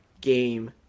game